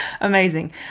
amazing